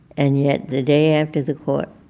and yet the day after the court